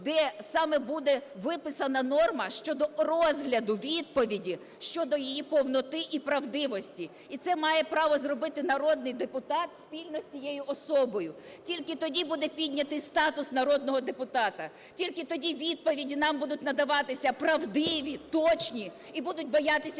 де саме буде виписана норма щодо розгляду відповіді щодо її повноти і правдивості. І це має право зробити народний депутат спільно з цією особою. Тільки тоді буде піднятий статус народного депутата. Тільки тоді відповіді нам будуть надаватися правдиві і точні, і будуть боятися